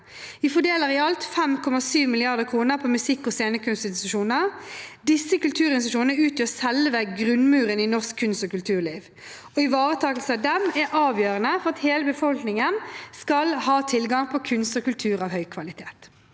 Vi fordeler i alt 5,7 mrd. kr til musikk- og scenekunstinstitusjoner. Disse kulturinstitusjonene utgjør selve grunnmuren i norsk kunst- og kulturliv, og ivaretakelsen av dem er avgjørende for at hele befolkningen skal ha tilgang på kunst og kultur av høy kvalitet.